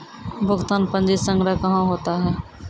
भुगतान पंजी संग्रह कहां होता हैं?